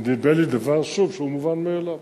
שוב, זה נראה לי דבר שהוא מובן מאליו.